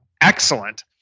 Excellent